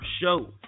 show